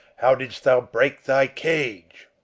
how didst thou break thy cage?